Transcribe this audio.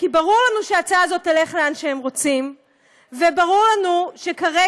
כי ברור לנו שההצעה הזאת תלך לאן שהם רוצים וברור לנו שכרגע,